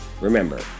Remember